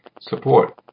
support